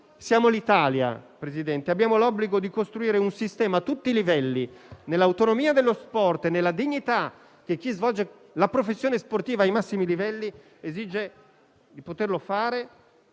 siamo l'Italia e abbiamo l'obbligo di costruire un sistema che a tutti i livelli, nell'autonomia dello sport e nella dignità per chi svolge la professione sportiva ai massimi livelli, esiga di poterlo fare